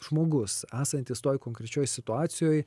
žmogus esantis toj konkrečioj situacijoj